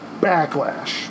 backlash